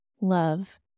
love